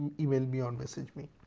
email me or and message me.